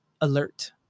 alert